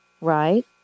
Right